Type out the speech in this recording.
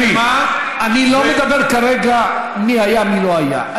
תקשיבי, אני לא מדבר כרגע מי היה, מי לא היה.